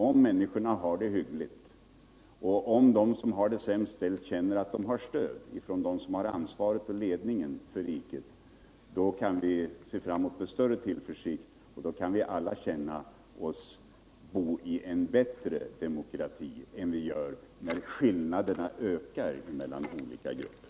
Om människorna har det hyggligt och om de som har det sämst ställt känner att de har stöd från dem som har ansvaret och ledningen för riket, då kan vi alla se framåt med större tillförsikt och känna att vi lever i en bättre demokrati än vi gör när skillnaderna ökar mellan olika grupper.